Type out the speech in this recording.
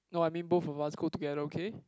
no I mean both of us go together okay